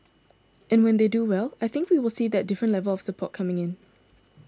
and when they do well I think we will see that different level of support coming in